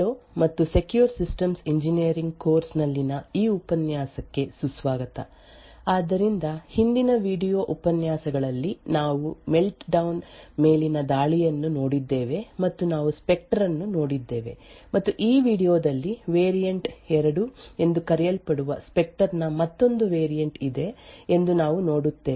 hello ಮತ್ತು secure systems engineering course ನಲ್ಲಿನ ಈ ಉಪನ್ಯಾಸಕ್ಕೆ ಸುಸ್ವಾಗತ ಆದ್ದರಿಂದ ಹಿಂದಿನ ವೀಡಿಯೊ ಉಪನ್ಯಾಸಗಳಲ್ಲಿ ನಾವು ಮೆಲ್ಟ್ಡೌನ್ ಮೇಲಿನ ದಾಳಿಯನ್ನು ನೋಡಿದ್ದೇವೆ ಮತ್ತು ನಾವು ಸ್ಪೆಕ್ಟರ್ ಅನ್ನು ನೋಡಿದ್ದೇವೆ ಮತ್ತು ಈ ವೀಡಿಯೊದಲ್ಲಿ ವೇರಿಯಂಟ್ 2 ಎಂದು ಕರೆಯಲ್ಪಡುವ ಸ್ಪೆಕ್ಟರ್ ನ ಮತ್ತೊಂದು ವೇರಿಯಂಟ್ ಇದೆ ಎಂದು ನಾವು ನೋಡುತ್ತೇವೆ